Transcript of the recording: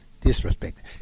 Disrespect